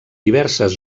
diverses